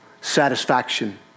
satisfaction